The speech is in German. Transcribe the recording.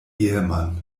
ehemann